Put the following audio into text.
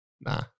Nah